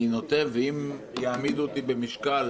אני נוטה ואם יעמידו אותי במשקל,